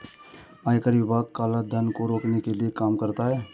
आयकर विभाग काला धन को रोकने के लिए काम करता है